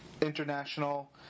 international